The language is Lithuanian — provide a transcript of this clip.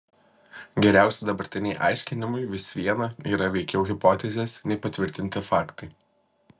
geriausi dabartiniai aiškinimai vis viena yra veikiau hipotezės nei patvirtinti faktai